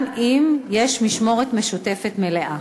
גם אם יש משמורת משותפת מלאה.